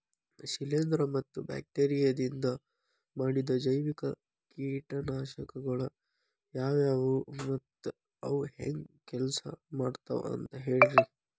ಶಿಲೇಂಧ್ರ ಮತ್ತ ಬ್ಯಾಕ್ಟೇರಿಯದಿಂದ ಮಾಡಿದ ಜೈವಿಕ ಕೇಟನಾಶಕಗೊಳ ಯಾವ್ಯಾವು ಮತ್ತ ಅವು ಹೆಂಗ್ ಕೆಲ್ಸ ಮಾಡ್ತಾವ ಅಂತ ಹೇಳ್ರಿ?